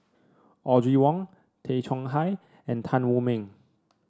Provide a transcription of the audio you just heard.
Audrey Wong Tay Chong Hai and Tan Wu Meng